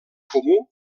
comú